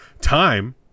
Time